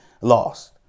lost